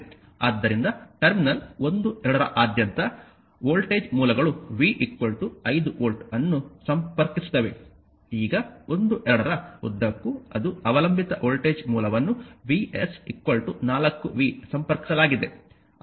ಆದ್ದರಿಂದ ಟರ್ಮಿನಲ್ 1 2 ರಾದ್ಯಂತ ವೋಲ್ಟೇಜ್ ಮೂಲಗಳು v 5 ವೋಲ್ಟ್ ಅನ್ನು ಸಂಪರ್ಕಿಸುತ್ತವೆ ಈಗ 1 2 ರ ಉದ್ದಕ್ಕೂ ಅದು ಅವಲಂಬಿತ ವೋಲ್ಟೇಜ್ ಮೂಲವನ್ನು Vs 4V ಸಂಪರ್ಕಿಸಲಾಗಿದೆ